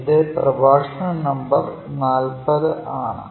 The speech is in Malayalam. ഇത് പ്രഭാഷണ നമ്പർ 40 ആണ്